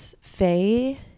Faye